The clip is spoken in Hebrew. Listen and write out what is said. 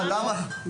למה?